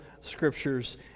scriptures